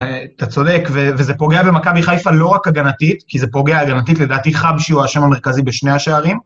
אתה צודק, וזה פוגע במכבי חיפה לא רק הגנתית, כי זה פוגע הגנתית לדעתי חבשי הוא האשם המרכזי בשני השערים.